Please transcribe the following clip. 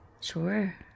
Sure